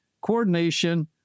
coordination